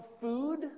food